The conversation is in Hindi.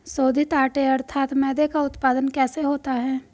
शोधित आटे अर्थात मैदे का उत्पादन कैसे होता है?